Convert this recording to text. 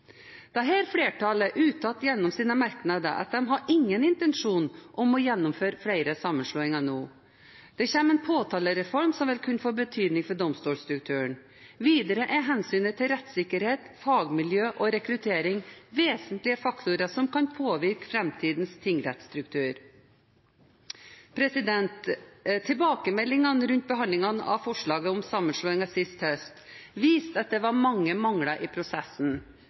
flertallet uttalte gjennom sine merknader at de hadde «ingen intensjon om å gjennomføre flere sammenslåinger nå», det «kommer en påtalereform som vil kunne få betydning for domstolsstrukturen». Videre er hensynet til rettssikkerhet, fagmiljø og rekruttering «vesentlige faktorer som kan påvirke fremtidens tingrettsstruktur». Tilbakemeldingene rundt behandlingene av forslagene om sammenslåinger sist høst viste at det var mange mangler i prosessen.